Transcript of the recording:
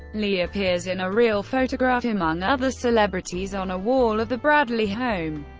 lee appears in a real photograph among other celebrities on a wall of the bradley home.